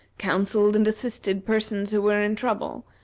counselled and assisted persons who were in trouble,